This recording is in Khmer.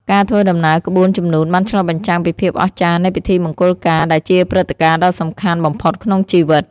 ការធ្វើដំណើរក្បួនជំនូនបានឆ្លុះបញ្ចាំងពីភាពអស្ចារ្យនៃពិធីមង្គលការដែលជាព្រឹត្តិការណ៍ដ៏សំខាន់បំផុតក្នុងជីវិត។